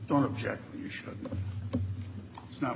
don't object you should not